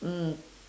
mm